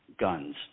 guns